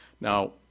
Now